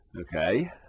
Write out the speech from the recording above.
okay